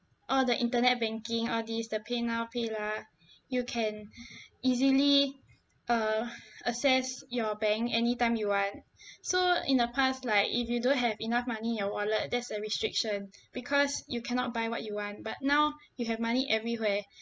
all the internet banking all these the paynow paylah you can easily uh access your bank anytime you want so in the past like if you don't have enough money in your wallet that's a restriction because you cannot buy what you want but now you have money everywhere